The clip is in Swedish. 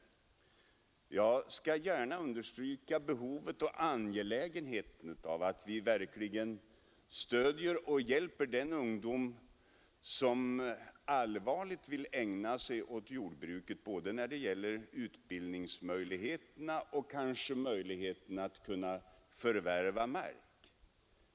Jag skall gärna understryka behovet och angelägenheten av att vi verkligen stöder och hjälper den ungdom som allvarligt vill ägna sig åt jordbruk, när det gäller både utbildningsmöjligheterna och möjligheterna att förvärva mark.